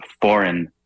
foreign